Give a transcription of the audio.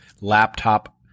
laptop